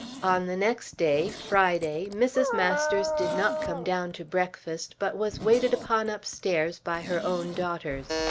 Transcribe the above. on the next day, friday, mrs. masters did not come down to breakfast, but was waited upon upstairs by her own daughters.